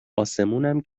اسمونم